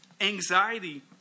anxiety